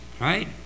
Right